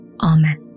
Amen